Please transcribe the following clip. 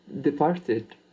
departed